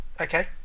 Okay